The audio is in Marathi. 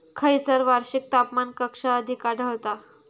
खैयसर वार्षिक तापमान कक्षा अधिक आढळता?